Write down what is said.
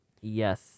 Yes